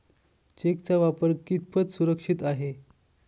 चेकचा वापर कितपत सुरक्षित आहे?